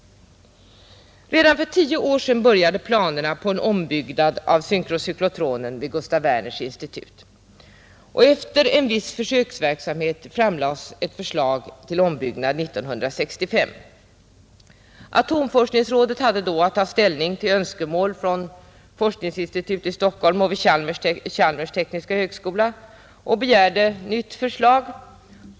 Redan för tio år sedan började planerna på en ombyggnad av synkrocyklotronen vid Gustaf Werners institut, och efter en viss försöksverksamhet framlades 1965 ett förslag till ombyggnad. Atomforskningsrådet hade då att ta hänsyn till önskemål från atomforskningsinstitutet i Stockholm och Chalmers tekniska högskola och begärde nytt förslag.